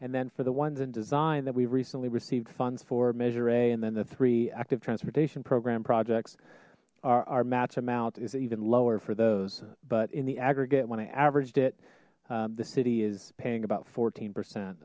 and then for the ones in design that we've recently received funds for measure a and then the three active transportation program projects our match amount is even lower for those but in the aggregate when i averaged it the city is paying about fourteen percent